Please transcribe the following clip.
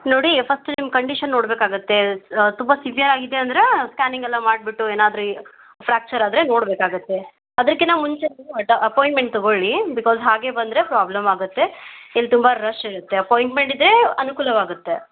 ನೋಡಿ ಫಸ್ಟ್ ನಿಮ್ಮ ಕಂಡೀಷನ್ ನೋಡಬೇಕಾಗತ್ತೆ ತುಂಬ ಸಿವ್ಯರ್ ಆಗಿದೆ ಅಂದರೆ ಸ್ಕ್ಯಾನಿಂಗ್ ಎಲ್ಲ ಮಾಡಿಬಿಟ್ಟು ಏನಾದ್ರೂ ಈ ಫ್ರ್ಯಾಕ್ಚರ್ ಆದರೆ ನೋಡಬೇಕಾಗತ್ತೆ ಅದಕಿನ್ನ ಮುಂಚೆ ನೀವು ಅಡ ಅಪಾಯಿಂಟ್ಮೆಂಟ್ ತಗೊಳ್ಳಿ ಬಿಕಾಸ್ ಹಾಗೆ ಬಂದರೆ ಪ್ರಾಬ್ಲಮ್ ಆಗುತ್ತೆ ಇಲ್ಲಿ ತುಂಬ ರಶ್ಶಿರುತ್ತೆ ಅಪಾಯಿಂಟ್ಮೆಂಟಿದ್ದರೆ ಅನುಕೂಲವಾಗುತ್ತೆ